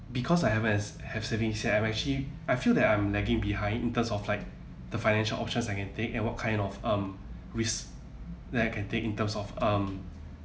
because I haven't has have savings yet I actually I feel that I'm lagging behind in terms of like the financial options I can take and what kind of um risk that I can take in terms of um